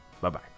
Bye-bye